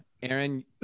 Aaron